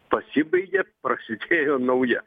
pasibaigė prasidėjo nauja